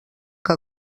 que